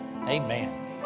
Amen